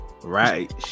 Right